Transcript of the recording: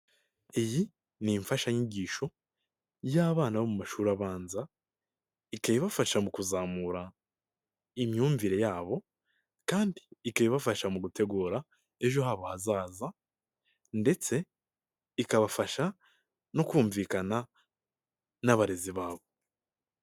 Iyi ni imfashanyigisho y'abana bo mu mashuri abanza. Ikabafasha mu kuzamura imyumvire yabo kandi ikaba ibafasha mu gutegura ejo habo hazaza ndetse ikabafasha no kumvikana n'abarezi babo.